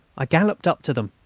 i galloped up to them,